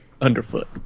Underfoot